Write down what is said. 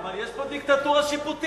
אבל יש פה דיקטטורה שיפוטית.